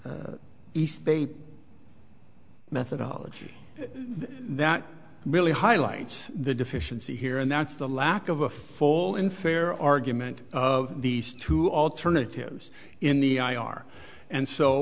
east bay methodology that really highlights the deficiency here and that's the lack of a full in fair argument of these two alternatives in the i r and so